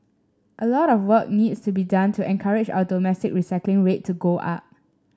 a lot of work needs to be done to encourage our domestic recycling rate to go up